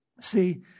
See